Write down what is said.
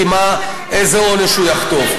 כי איזה עונש הוא יחטוף.